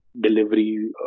Delivery